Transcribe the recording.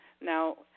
Now